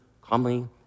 calmly